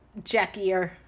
jackier